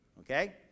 Okay